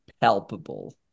palpable